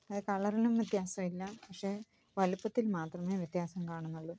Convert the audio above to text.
അതായത് കളറിനൊന്നും വ്യത്യാസമില്ല പക്ഷേ വലിപ്പത്തിൽ മാത്രമേ വ്യത്യാസം കാണുന്നുള്ളൂ